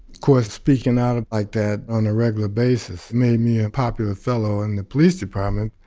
course, speaking out ah like that on a regular basis made me a popular fellow in the police department.